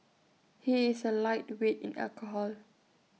he is A lightweight in alcohol